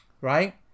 right